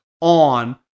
on